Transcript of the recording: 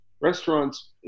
restaurants